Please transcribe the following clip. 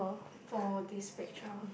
for this picture